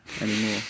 anymore